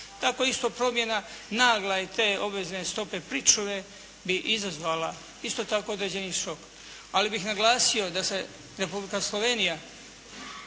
Tako isto promjena nagla i te obvezne stope pričuve bi izazvala isto tako određeni šok. Ali bih naglasio da se Republika Slovenija